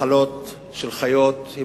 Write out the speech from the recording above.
ומהותית, ויעשה זאת חבר הכנסת זחאלקה.